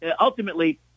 ultimately